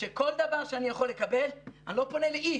שכל דבר שאני יכול לקבל, אני לא פונה לאיש.